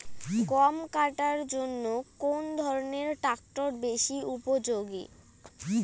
গম কাটার জন্য কোন ধরণের ট্রাক্টর বেশি উপযোগী?